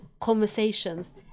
conversations